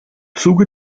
zuge